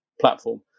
platform